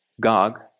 Gog